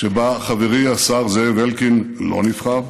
שבה חברי השר זאב אלקין לא נבחר.